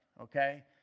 Okay